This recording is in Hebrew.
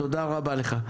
תודה רבה לך.